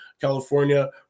California